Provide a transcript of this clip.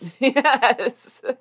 Yes